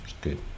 Good